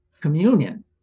communion